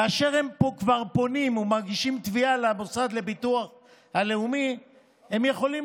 כאשר הם כבר פונים או מגישים תביעה למוסד לביטוח לאומי הם יכולים,